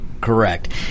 correct